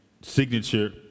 signature